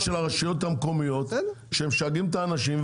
של הרשויות המקומיות שמשגעות את האנשים,